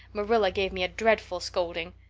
marilla gave me a dreadful scolding.